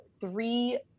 Three